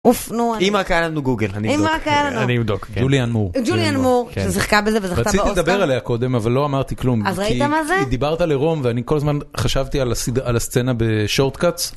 אוף נו, אם רק היה לנו גוגל, אם רק היה לנו, אני אבדוק. גוליאן מור. גוליאן מור! ששיחקה בזה וזכתה באוסקר, רציתי לדבר עליה קודם אבל לא אמרתי כלום, אז ראית מה זה, כי דיברת על עירום ואני כל הזמן חשבתי על הסצנה ב-Short Cuts.